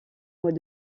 mois